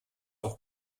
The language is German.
auch